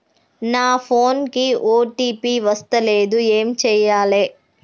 నా ఫోన్ కి ఓ.టీ.పి వస్తలేదు ఏం చేయాలే?